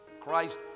Christ